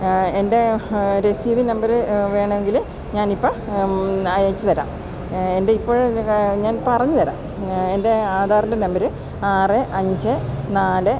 എൻ്റെ രസീത് നമ്പര് വേണേങ്കില് ഞാനിപ്പോള് അയച്ചുതരാം എൻ്റെ ഇപ്പോള് ഞാൻ പറഞ്ഞു തരാം എൻ്റെ ആധാറിൻ്റെ നമ്പര് ആറ് അഞ്ച് നാല്